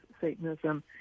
Satanism